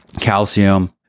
calcium